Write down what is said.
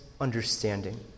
understanding